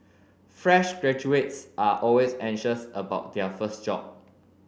fresh graduates are always anxious about their first job